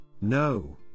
No